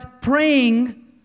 praying